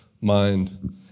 mind